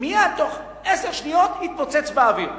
מייד, תוך עשר שניות, הוא יתפוצץ באוויר,